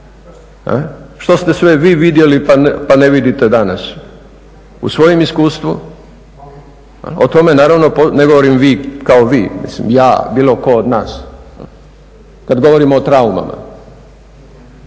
Što ste sve vi vidjeli pa ne vidite danas u svojem iskustvu? Ne govorim vi kao vi, mislim ja, bilo tko od nas, kad govorimo o traumama.